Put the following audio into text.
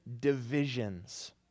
divisions